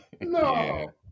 No